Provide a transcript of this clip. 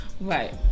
Right